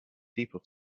people